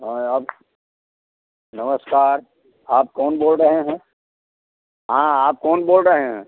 हाँ आप नमस्कार आप कौन बोल रहे हैं हाँ आप कौन बोल रहे हैं